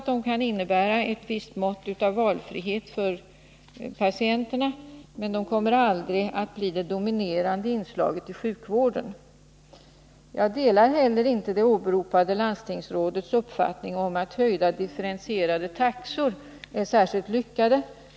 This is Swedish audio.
De kan medföra ett visst mått av valfrihet för patienterna, men de kommer aldrig att bli det dominerande inslaget i sjukvården. Jag delar inte heller det åberopade landstingsrådets uppfattning att höjda, differentierade taxor är särskilt lyckade.